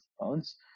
pounds